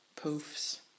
poofs